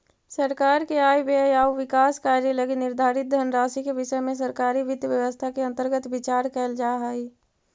सरकार के आय व्यय आउ विकास कार्य लगी निर्धारित धनराशि के विषय में सरकारी वित्त व्यवस्था के अंतर्गत विचार कैल जा हइ